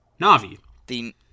Navi